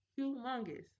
humongous